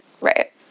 Right